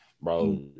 Bro